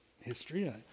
history